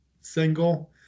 single